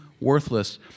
worthless